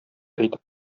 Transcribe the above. әйтеп